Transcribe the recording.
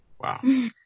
wow